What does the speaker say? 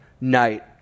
night